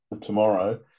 tomorrow